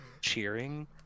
cheering